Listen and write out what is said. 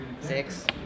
Six